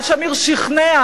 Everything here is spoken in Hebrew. אבל שמיר שכנע,